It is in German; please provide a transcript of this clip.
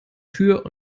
tür